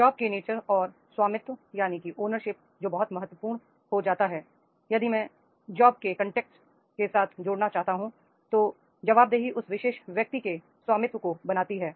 job के nature और स्वामित्व जो बहुत महत्वपूर्ण हो जाता है यदि मैं जॉब को कनटेक्स्ट के साथ जोड़ना चाहता हूं तो जवाबदेही उस विशेष व्यक्ति के स्वामित्व को बनाती है